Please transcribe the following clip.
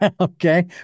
okay